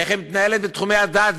איך היא מתנהלת בתחומי הדת,